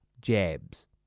jabs